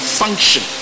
function